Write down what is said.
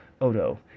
Odo